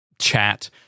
chat